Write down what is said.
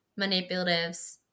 manipulatives